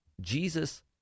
Jesus